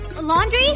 laundry